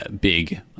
big